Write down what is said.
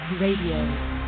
RADIO